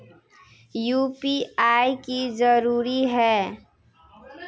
UPI की जरूरी है?